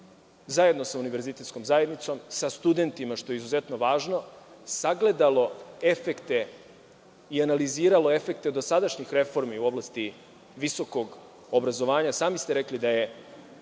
zajedno sa univerzitetskom zajednicom, sa studentima, što je izuzetno važno, sagledalo efekte i analiziralo efekte dosadašnjih reformi u oblasti visokog obrazovanja. Sami ste rekli da je